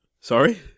Sorry